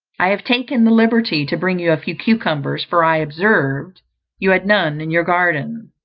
i have taken the liberty to bring you a few cucumbers, for i observed you had none in your garden.